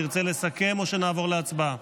תרצה לסכם או שנעבור להצבעה?